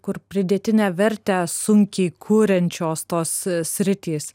kur pridėtinę vertę sunkiai kuriančios tos sritys